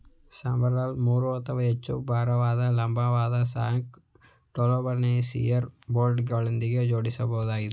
subsoiler ಮೂರು ಅಥವಾ ಹೆಚ್ಚು ಭಾರವಾದ ಲಂಬವಾದ ಶ್ಯಾಂಕ್ ಟೂಲ್ಬಾರಲ್ಲಿ ಶಿಯರ್ ಬೋಲ್ಟ್ಗಳೊಂದಿಗೆ ಜೋಡಿಸಲಾಗಿರ್ತದೆ